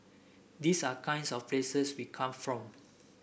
these are kinds of places we come from